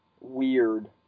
weird